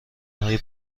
های